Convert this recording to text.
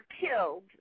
killed